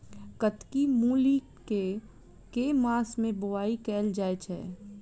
कत्की मूली केँ के मास मे बोवाई कैल जाएँ छैय?